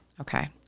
Okay